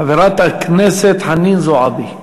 חברת הכנסת חנין זועַבי.